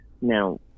now